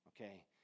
okay